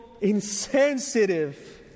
insensitive